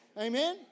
Amen